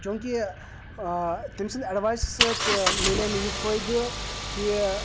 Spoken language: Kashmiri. چوٗنٛکہ تٔمۍ سٕنٛدِ اٮ۪ڈوایسہٕ سۭتۍ مِلے مےٚ یہِ فٲیِدٕ کہ